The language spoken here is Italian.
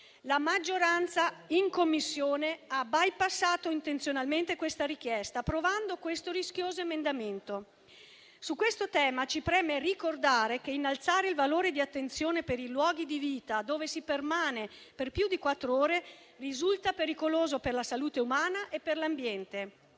La maggioranza in Commissione ha bypassato intenzionalmente questa richiesta, approvando questo rischioso emendamento. Su questo tema ci preme ricordare che innalzare il valore di attenzione per i luoghi di vita, dove si permane per più di quattro ore, risulta pericoloso per la salute umana e per l'ambiente.